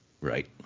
right